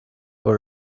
were